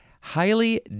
Highly